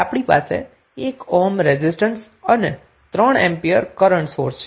હવે આપણી પાસે 1 ઓહ્મ રેઝિસ્ટન્સ અને 3 એમ્પિયર કરન્ટ સોર્સ છે